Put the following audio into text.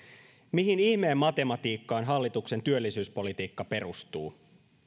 mihin ihmeen matematiikkaan hallituksen työllisyyspolitiikka perustuu